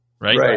right